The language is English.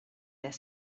their